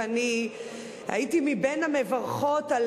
ואני הייתי בין המברכות על